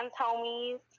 homies